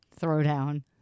throwdown